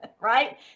Right